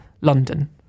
London